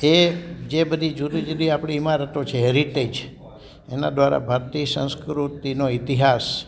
એ જે બધી જુદી જુદી આપણી ઈમારતો છે હેરિટેજ એના દ્વારા ભારતીય સંસ્કૃતિનો ઈતિહાસ